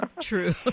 True